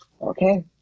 Okay